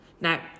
Now